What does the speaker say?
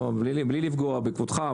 בלי לפגוע בכבודך,